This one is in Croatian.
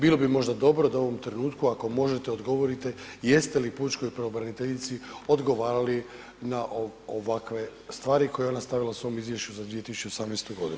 Bilo bi možda dobro da u ovom trenutku ako možete odgovorite, jeste li pučkoj pravobraniteljici odgovarali na ovakve stvari koje je ona stavila u svom izvješću za 2018. godinu?